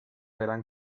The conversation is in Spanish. gran